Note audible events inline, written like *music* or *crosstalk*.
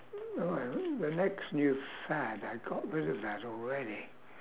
*noise* the next new fad I got rid of that already